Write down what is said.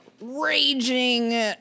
raging